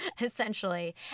essentially